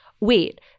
wait